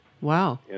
Wow